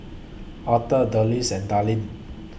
Author Dulcie and Dallin